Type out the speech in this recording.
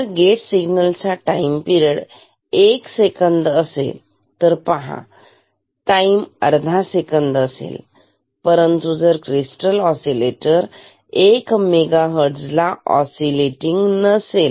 तर gate signal चा time period एक सेकंद असेल तर पाहा टाईम अर्धा सेकंद असेल परंतु जर क्रिस्टल ओसिलेंटर 1 मेगा हर्ट्झ ला ओसीलेटटिंग नसेल